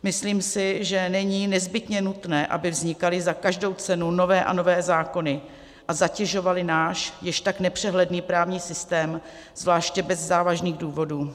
Myslím si, že není nezbytně nutné, aby vznikaly za každou cenu nové a nové zákony a zatěžovaly náš již tak nepřehledný právní systém, zvláště bez závažných důvodů.